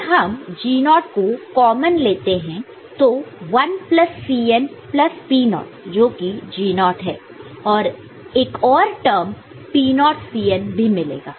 अगर हम G0 naught naught ओ कॉमन लेते हैं तो 1 Cn P0 नॉट naughtजोकि G0 नॉट naught है और एक और term P0 naught naught Cn मिलेगा